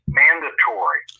mandatory